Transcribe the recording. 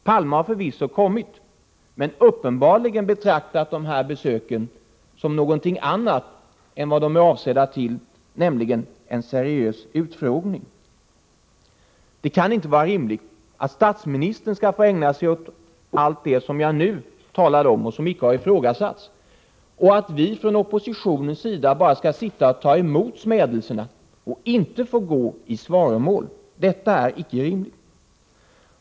Palme har förvisso kommit men uppenbarligen betraktat dessa besök som någonting annat än vad de är avsedda till, nämligen en seriös utfrågning. Det kan inte vara rimligt att statsministern skall få ägna sig åt allt det som jag nu talat om och som inte har ifrågasatts och att vi från oppositionens sida bara skall sitta och ta emot smädelserna och inte få gå i svaromål. Detta är icke rimligt.